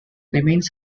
remains